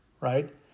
Right